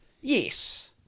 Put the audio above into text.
Yes